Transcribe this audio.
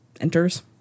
enters